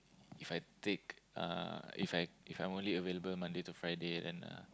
If I take uh If I If I only available Monday to Friday then uh